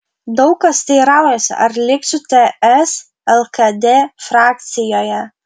daug kas teiraujasi ar liksiu ts lkd frakcijoje